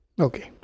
Okay